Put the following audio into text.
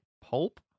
pulp